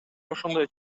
ошондой